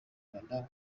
rwanda